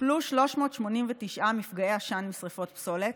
טופלו 389 מפגעי עשן משרפות פסולת,